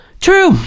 True